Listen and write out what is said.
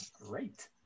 Great